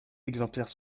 exemplaires